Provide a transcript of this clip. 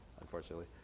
Unfortunately